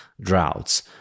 droughts